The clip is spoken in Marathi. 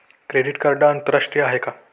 क्रेडिट कार्ड आंतरराष्ट्रीय आहे का?